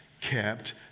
kept